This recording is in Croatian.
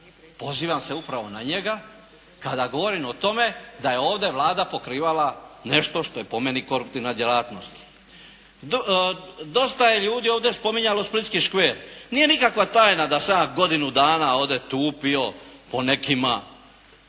pozivam se upravo na njega kada govorim o tome da je ovdje Vlada pokrivala nešto što je po meni koruptivna djelatnost. Dosta je ljudi ovdje spominjalo splitski škver. Nije nikakva tajna da sam ja godinu dana ovdje tupio po nekima